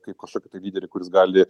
kaip kažkokį tai lyderį kuris gali